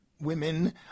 women